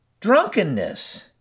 drunkenness